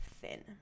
thin